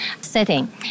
setting